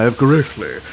correctly